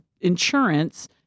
insurance